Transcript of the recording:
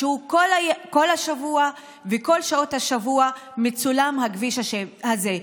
כל השבוע וכל שעות השבוע הכביש הזה מצולם.